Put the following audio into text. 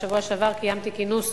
בשבוע שעבר קיימתי כינוס